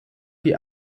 die